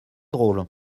drôle